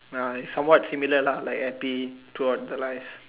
ya it's somewhat similar lah like happy toward the lies